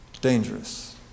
dangerous